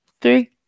three